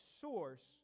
source